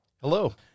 Hello